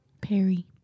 Perry